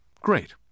great